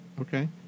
Okay